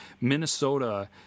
Minnesota